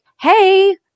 Hey